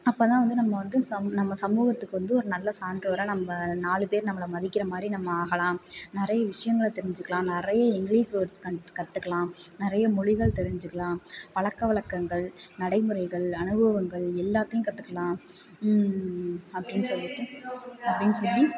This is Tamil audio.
அப்போதான் வந்து நம்ம வந்து சம் நம்ம சமூகத்துக்கு வந்து ஒரு நல்ல சான்றோராக நம்ம நாலு பேர் நம்மளை மதிக்கிற மாதிரி நம்ம ஆகலாம் நிறைய விஷயங்களை தெரிஞ்சிக்கலாம் நிறைய இங்கிலிஷ் வேர்ட்ஸ் கத்துக்கலாம் நிறைய மொழிகள் தெரிஞ்சிக்கலாம் பழக்கவழக்கங்கள் நடைமுறைகள் அனுபவங்கள் எல்லாத்தையும் கத்துக்கலாம் அப்படினு சொல்லிட்டு அப்படினு சொல்லி